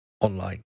online